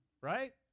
right